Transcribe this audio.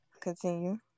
continue